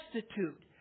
destitute